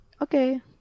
okay